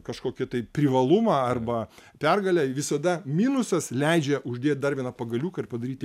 kažkokį tai privalumą arba pergalę visada minusas leidžia uždėt dar vieną pagaliuką ir padaryti